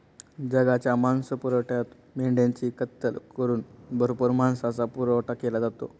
जगाच्या मांसपुरवठ्यात मेंढ्यांची कत्तल करून भरपूर मांसाचा पुरवठा केला जातो